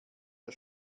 der